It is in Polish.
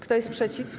Kto jest przeciw?